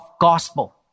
gospel